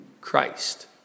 Christ